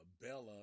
Bella